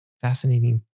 fascinating